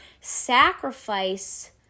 sacrifice